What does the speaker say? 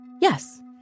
Yes